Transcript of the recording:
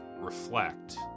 reflect